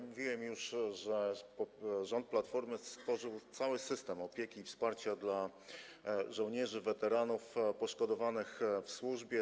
Mówiłem już, że rząd Platformy stworzył cały system opieki i wsparcia dla żołnierzy, weteranów poszkodowanych w służbie.